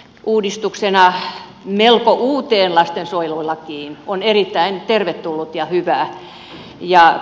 hallituksen esitys uudistuksena melko uuteen lastensuojelulakiin on erittäin tervetullut ja hyvä